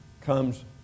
comes